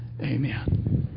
Amen